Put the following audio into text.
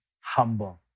humble